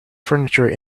furniture